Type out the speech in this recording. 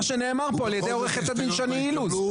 שנאמר פה על ידי עורכת הדין שני אילוז,